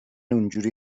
اونحوری